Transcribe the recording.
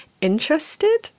interested